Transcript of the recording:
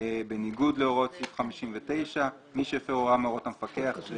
בניגוד להוראות סעיף 33א. זה